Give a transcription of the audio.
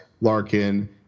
Larkin